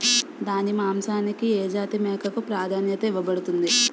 దాని మాంసానికి ఏ జాతి మేకకు ప్రాధాన్యత ఇవ్వబడుతుంది?